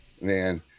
man